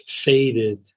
faded